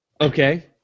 Okay